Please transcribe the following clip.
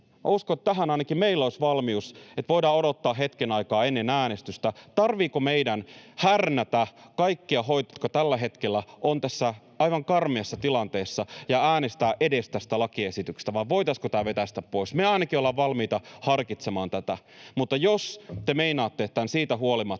Uskon, että tähän ainakin meillä olisi valmius, että voimme odottaa hetken aikaa ennen äänestystä, tarvitseeko meidän härnätä kaikkia hoitajia, jotka tällä hetkellä ovat tässä aivan karmeassa tilanteessa, ja edes äänestää tästä lakiesityksestä vai voitaisiinko tämä vetäistä pois. Me ainakin ollaan valmiita harkitsemaan tätä, mutta jos te meinaatte, että tämä siitä huolimatta